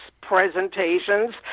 presentations